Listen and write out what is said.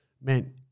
man